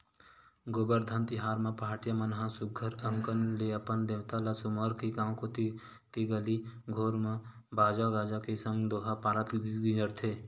गोबरधन तिहार म पहाटिया मन ह सुग्घर अंकन ले अपन देवता ल सुमर के गाँव के गली घोर म बाजा गाजा के संग दोहा पारत गिंजरथे